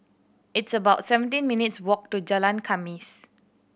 it's about seventeen minutes' walk to Jalan Khamis